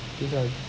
this one